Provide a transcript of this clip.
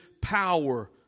power